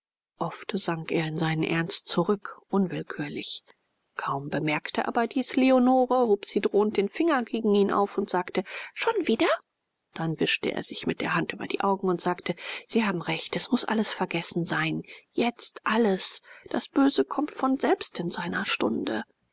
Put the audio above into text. oft sank er in seinen ernst zurück unwillkürlich kaum bemerkte aber dies leonore hob sie drohend den finger gegen ihn auf und sagte schon wieder dann wischte er sich mit der hand über die augen und sagte sie haben recht es muß alles vergessen sein jetzt alles das böse kommt von selbst in seiner stunde